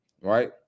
right